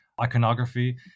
iconography